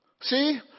See